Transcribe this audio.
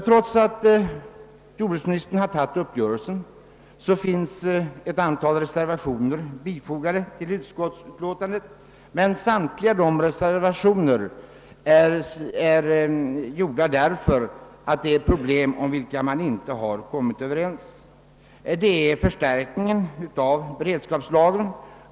Trots att jordbruksministern har följt uppgörelsen finns ett antal reservationer fogade till utskottsutlåtandet, men samtliga de reservationerna gäller problem om vilka man inte har kommit överens, exempelvis en förstärkning av beredskapslagren.